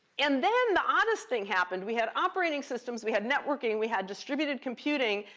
and then the oddest thing happened. we had operating systems, we had networking, we had distributed computing,